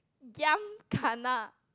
giam kena